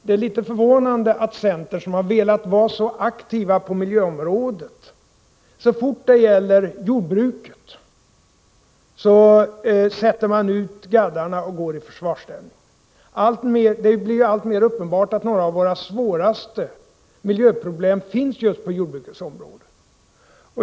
Det är litet förvånande att centern, som har velat vara så aktiv på miljöområdet, så fort det gäller jordbruket sätter ut gaddarna och går i försvarsställning. Det blir ju alltmer uppenbart att några av våra svåraste miljöproblem finns just på jordbrukets område.